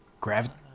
Gravity